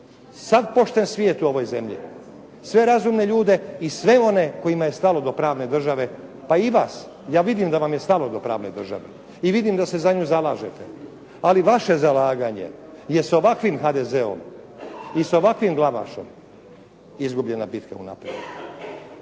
sav pošten svijet u ovoj zemlji, sve razumne ljude i sve one kojima je stalo do pravne države, pa i vas. Ja vidim da vam je stalo do pravne države i vidim da se za nju zalažete. Ali vaše zalaganje je s ovakvim HDZ-om i sa ovakvim Glavašom izgubljena bitna unaprijed.